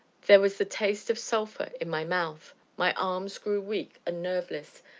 there was the taste of sulphur in my mouth, my arms grew weak and nerveless,